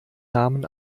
namen